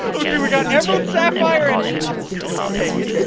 okay, we got enzo sapphire and cobblestone. i'll take it it